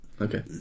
okay